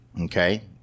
Okay